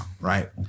right